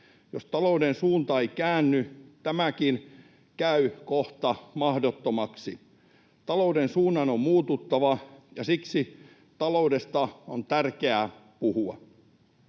Jos talouden suunta ei käänny, tämäkin käy kohta mahdottomaksi. Talouden suunnan on muututtava, ja siksi taloudesta on tärkeää puhua.